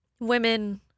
women